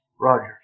Rogers